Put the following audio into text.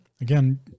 Again